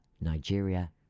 Nigeria